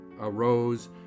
arose